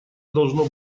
должно